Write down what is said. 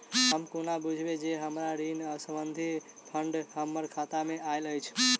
हम कोना बुझबै जे हमरा कृषि संबंधित फंड हम्मर खाता मे आइल अछि?